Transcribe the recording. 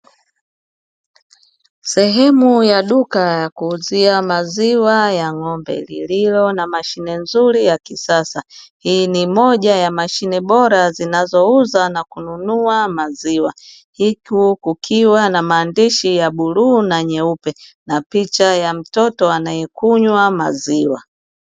Sehemu ya duka ya kuuzia maziwa ya ng'ombe lililo na mashine nzuri ya kisasa, hii ni moja ya mashine bora zinazouza na kununua maziwa, huku kukiwa na maandishi ya bluu na nyeupe na picha ya mtoto anayekunywa maziwa.